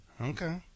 Okay